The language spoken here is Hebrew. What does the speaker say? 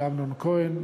של אמנון כהן,